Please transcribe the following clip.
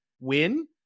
win